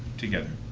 together.